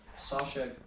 Sasha